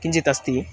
किञ्चित् अस्ति